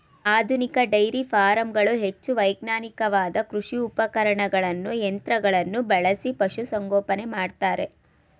ಆಧುನಿಕ ಡೈರಿ ಫಾರಂಗಳು ಹೆಚ್ಚು ವೈಜ್ಞಾನಿಕವಾದ ಕೃಷಿ ಉಪಕರಣಗಳನ್ನು ಯಂತ್ರಗಳನ್ನು ಬಳಸಿ ಪಶುಸಂಗೋಪನೆ ಮಾಡ್ತರೆ